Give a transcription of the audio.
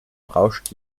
rauscht